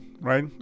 right